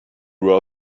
grew